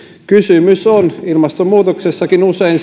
kysymys on ilmastonmuutoksessakin usein